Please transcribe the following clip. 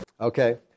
Okay